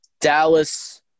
Dallas